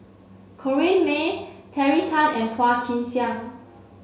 Corrinne May Terry Tan and Phua Kin Siang